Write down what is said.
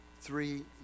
three